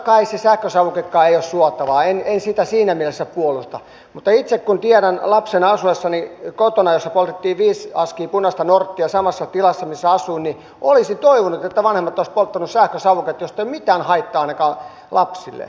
totta kai se sähkösavukekaan ei ole suotavaa en sitä siinä mielessä puolusta mutta itse tiedän että lapsena asuessani kotona jossa poltettiin viisi askia punaista norttia samassa tilassa missä asuin olisin toivonut että vanhemmat olisivat polttaneet sähkösavuketta josta ei ole mitään haittaa ainakaan lapsille